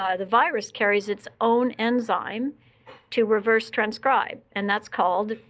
um the virus carries its own enzyme to reverse transcribe. and that's called,